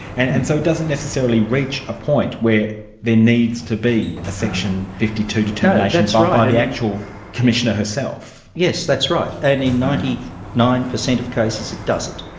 and and so it doesn't necessarily reach a point where there needs to be a section fifty two determination sort of by the actual commissioner herself. yes, that's right. and in ninety nine percent of cases it doesn't,